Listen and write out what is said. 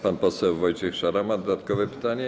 Pan poseł Wojciech Szarama ma dodatkowe pytanie?